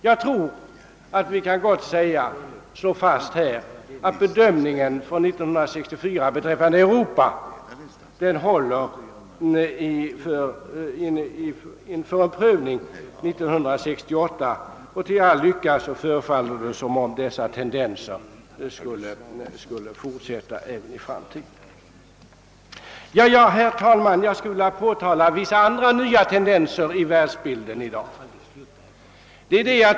Jag tror alltså att det gott kan slås fast att vår bedömning från år 1964 beträffande Europa håller inför en prövning år 1968. Till all lycka förefaller det också som om dessa tendenser skulle fortsätta även i framtiden. Herr talman! Jag skulle vilja påtala vissa andra, nya tendenser i världsbilden av i dag.